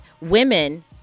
women